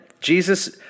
Jesus